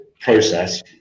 process